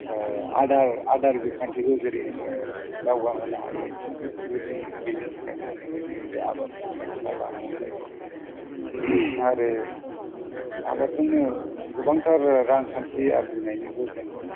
आदार आदार बिखान्थिखौ जेरै दावगा होनो हायो बेफोरबायदि बेनि थाखायनो जोंनि बे आबादखौ सायख'ना लानांगौ जायो आरो आबादजोंनो गोबांथार रांखान्थि आरजिनायनिबो जों